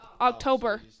October